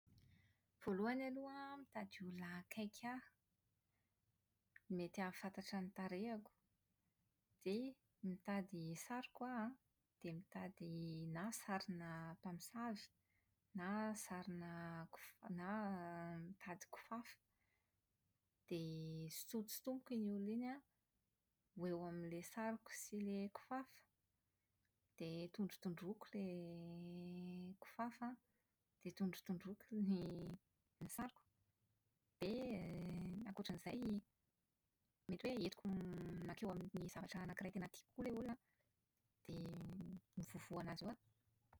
Voalohany alpha an, mitady olona akaiky ahy, mety ahafantatra n tarehiko. Dia mitady sariko aho an, dia mitady na sarina mpamosavy, na mitady sarina kifafa, dia sintosintomiko iny olona an, ho eo amin'ilay asriko sy ilay kifafa, dia tondrotondroiko ilay kifafa an, dia tondrotondroiko ny sariko dia ankoatra an’izay mety hoe entiko mankeo amin’ny zavatra anankiray tena tiako koa ilay olona an, dia mivovo an’azy eo aho.